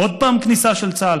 עוד פעם כניסה של צה"ל?